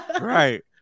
right